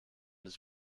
des